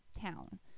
town